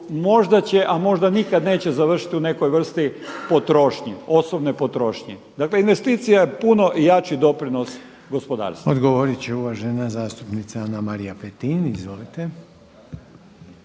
možda će, a možda nikad neće završiti u nekoj vrsti potrošnje, osobne potrošnje. Dakle, investicija je puno jači doprinos gospodarstvu. **Reiner, Željko (HDZ)** Odgovorit će uvažena zastupnica Ana-Marija Petin. Izvolite.